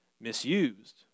misused